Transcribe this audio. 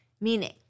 Meaning